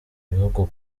bihugu